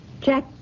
Jack